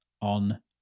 on